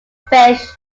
fish